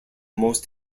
most